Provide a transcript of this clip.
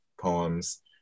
poems